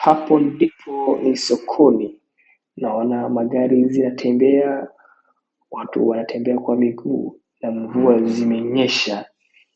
Hapo ndipo ni sokoni, naona magari zinatembea, watu wanatembea kwa miguu na mvua zimenyesha